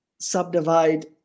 subdivide